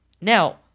Now